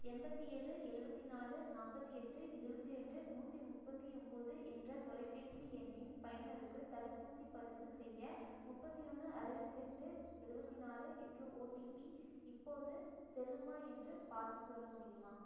எண்பத்தி ஏழு எழுபத்தி நாலு நாற்பத்தி எட்டு இருபத்தி ரெண்டு நூற்றி முப்பத்து ஒம்பது என்ற தொலைபேசி எண்ணின் பயனருக்கு தடுப்பூசி பதிவுசெய்ய முப்பத்து ஒன்று அறுபத்ரெண்டு எழுபத்தி நாலு என்ற ஓடிபி இப்போது செல்லுமா என்று பார்த்துச் சொல்ல முடியுமா